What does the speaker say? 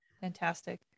fantastic